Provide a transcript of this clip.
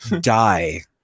die